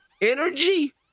energy